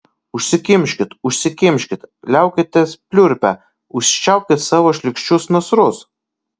užsikimškit užsikimškit liaukitės pliurpę užčiaupkit savo šlykščius nasrus